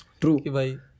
True